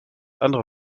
andere